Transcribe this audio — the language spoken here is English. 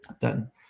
done